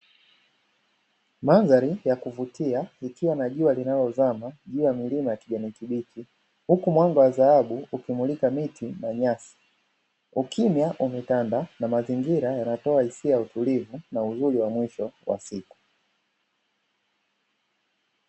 Mandhari ya kuvutia ikiwa na jua linalozama juu milima ya kijani kibichi huku mwanga wa dhahabu ukimulika miti na nyasi. Ukimya umetanda na mazingira yanatoa hisia ya utulivu na uzuri wa mwisho wa siku.